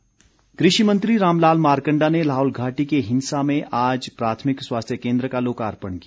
मारकण्डा कृषि मंत्री रामलाल मारकण्डा ने लाहौल घाटी के हिंसा में आज प्राथमिक स्वास्थ्य केन्द्र का लोकार्पण किया